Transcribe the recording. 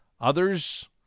Others